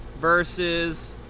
versus